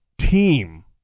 team